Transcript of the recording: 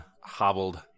hobbled